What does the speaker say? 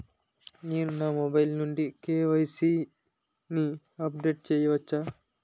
నేను నా మొబైల్ నుండి కే.వై.సీ ని అప్డేట్ చేయవచ్చా?